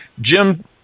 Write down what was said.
Jim